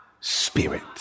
spirit